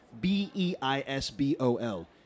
B-E-I-S-B-O-L